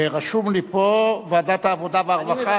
רשום לי פה ועדת העבודה והרווחה.